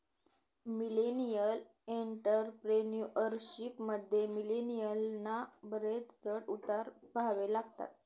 millennial entrepreneurship मध्ये, मिलेनियलना बरेच चढ उतार पहावे लागतात